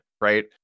Right